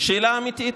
שאלה אמיתית,